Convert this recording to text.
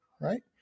Right